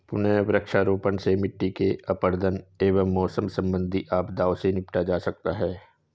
पुनः वृक्षारोपण से मिट्टी के अपरदन एवं मौसम संबंधित आपदाओं से निपटा जा सकता है